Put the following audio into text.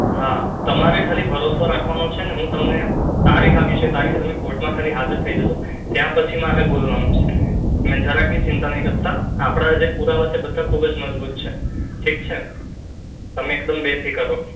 હા તમારે ખાલી ભરોસો રાખવાનો છે અને હું તમને જે તારીખ આપી છે એ તારીખે ખાલી કોર્ટમાં તમે હાજર થઈ જજો ત્યાં પછી મારે બોલવાનું છે ને જરાક બી ચિંતા નહીં કરતા આપણા જે પુરાવા છે એ બધા ખૂબ જ મજબૂત છે ઠીક છે તમે એકદમ બેફિકર રહો